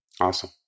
Awesome